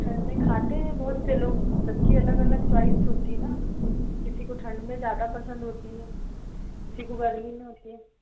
ठण्ड में खाते हैं बहुत से लोग सबकी अलग अलग च्वॉइस होती है ना किसी को ठण्ड में ज़्यादा पसन्द होती है किसी को गर्मी में होती है